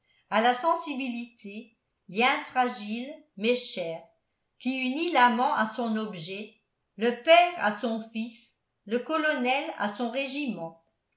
à la sensibilité lien fragile mais cher qui unit l'amant à son objet le père à son fils le colonel à son régiment